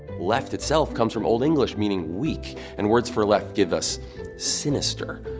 left itself comes from old english, meaning weak. and words for left give us sinister.